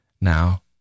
Now